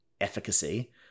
efficacy